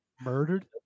Murdered